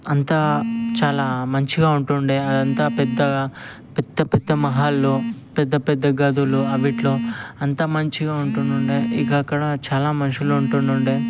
అంతా చాలా మంచిగా ఉంటుండే అదంతా పెద్దగా పెద్దపెద్ద మహల్ పెద్దపెద్ద గదులు అవి ఇట్ల అంతా మంచిగా ఉంటుండుండే ఇక అక్కడ చాలా మనుషులు ఉంటుండుండే